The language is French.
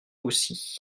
aussi